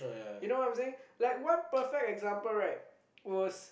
you know what I'm saying like one perfect example was